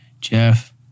Jeff